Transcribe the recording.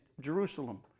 Jerusalem